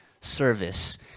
service